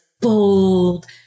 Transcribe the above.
bold